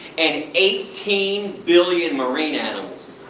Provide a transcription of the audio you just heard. and eighteen billion marine animals.